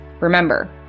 Remember